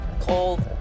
Cold